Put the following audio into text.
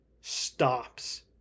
stops